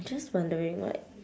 just wondering what